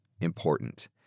important